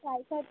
charges